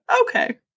okay